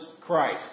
Christ